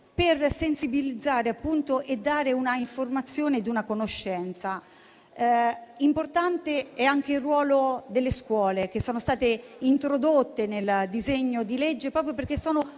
per sensibilizzare e dare informazione e conoscenza. Importante è anche il ruolo delle scuole che è stato previsto nel disegno di legge, proprio perché sono